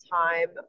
time